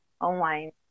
Online